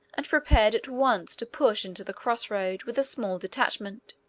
and prepared at once to push into the cross-road with a small detachment.